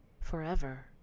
forever